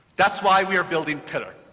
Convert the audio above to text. that's why we are building pillar,